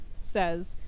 says